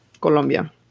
Colombia